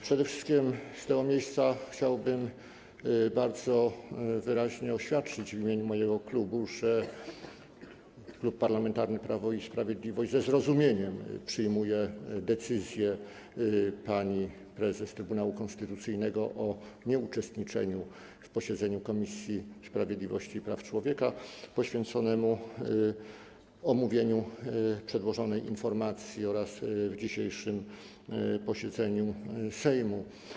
Przede wszystkim z tego miejsca chciałbym bardzo wyraźnie oświadczyć w imieniu mojego klubu, że Klub Parlamentarny Prawo i Sprawiedliwość ze zrozumieniem przyjmuje decyzję pani prezes Trybunału Konstytucyjnego o nieuczestniczeniu w posiedzeniu Komisji Sprawiedliwości i Praw Człowieka poświęconemu omówieniu przedłożonej informacji oraz w dzisiejszym posiedzeniu Sejmu.